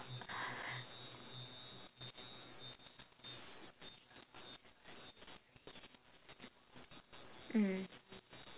mm